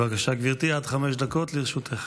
בבקשה, גברתי, עד חמש דקות לרשותך.